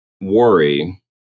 worry